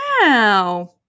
Wow